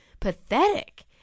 pathetic